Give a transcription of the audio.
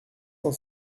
cent